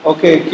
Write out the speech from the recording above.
Okay